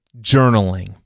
journaling